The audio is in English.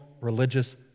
religious